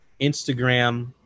Instagram